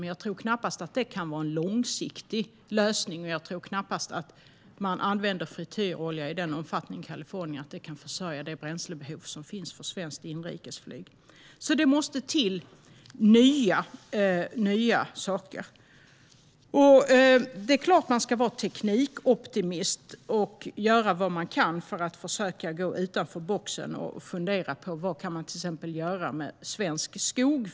Men jag tror knappast att det kan vara en långsiktig lösning, och jag tror knappast att man använder frityrolja i den omfattning i Kalifornien att det kan försörja det bränslebehov som finns för svenskt inrikesflyg. Det måste alltså till nya saker. Det är klart att man ska vara teknikoptimist och göra vad man kan för att försöka gå utanför boxen och fundera på: Vad kan man till exempel göra med svensk skog?